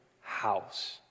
house